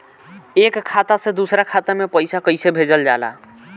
एक खाता से दूसरा खाता में पैसा कइसे भेजल जाला?